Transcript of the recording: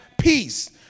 peace